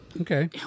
okay